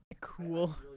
Cool